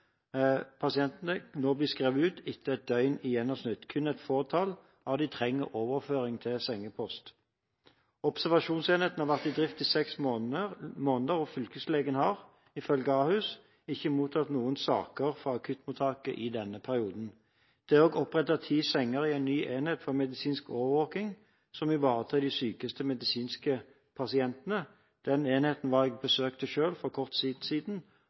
skrevet ut etter ett døgn i gjennomsnitt. Kun et fåtall av dem trenger overføring til sengepost. Observasjonsenheten har vært i drift i seks måneder, og fylkeslegen har ifølge Ahus ikke mottatt noen saker fra akuttmottaket i denne perioden. Det er også opprettet ti senger i en ny enhet for medisinsk overvåking som ivaretar de sykeste pasientene. Den enheten besøkte jeg selv for kort tid siden